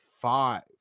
five